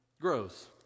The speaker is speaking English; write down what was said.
grows